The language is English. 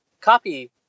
copy